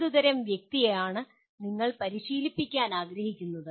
ഏതുതരം വ്യക്തിയാണ് നിങ്ങൾ പരിശീലിപ്പിക്കാൻ ആഗ്രഹിക്കുന്നത്